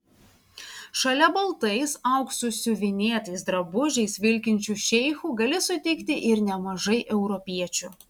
šalia baltais auksu siuvinėtais drabužiais vilkinčių šeichų gali sutikti ir nemažai europiečių